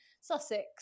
Sussex